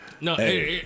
no